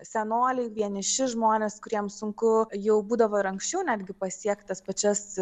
senoliai vieniši žmonės kuriems sunku jau būdavo ir anksčiau netgi pasiekt tas pačias